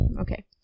Okay